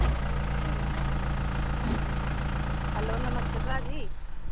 hello नमस्ते भ्रा जी